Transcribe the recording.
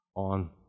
on